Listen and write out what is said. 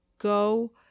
go